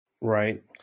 Right